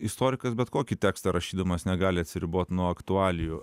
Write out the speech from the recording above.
istorikas bet kokį tekstą rašydamas negali atsiribot nuo aktualijų